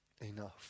Enough